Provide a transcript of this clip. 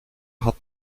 had